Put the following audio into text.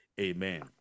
Amen